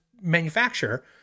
manufacturer